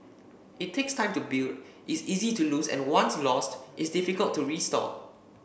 it takes time to build is easy to lose and once lost is difficult to restore